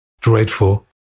dreadful